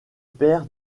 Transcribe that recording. père